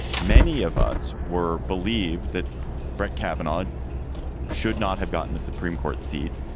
many of us were believe that brett cabinet should not have gotten a supreme court seat,